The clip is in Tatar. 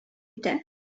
итә